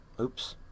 Oops